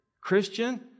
Christian